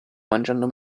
mangiando